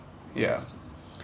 ya